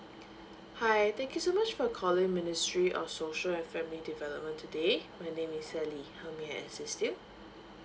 hi thank you so much for calling ministry of social and family development today my name is sally how may I assist you